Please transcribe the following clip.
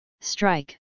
Strike